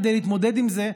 כדי להתמודד עם זה,